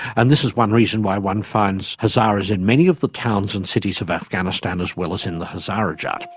and this is one reason why one finds hazaras in many of the towns and cities of afghanistan as well as in the hazarajat.